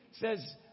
says